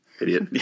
Idiot